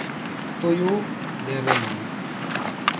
ᱛᱩᱭᱩ ᱫᱮᱨᱮᱧ